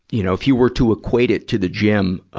you know, if you were to equate it to the gym, ah,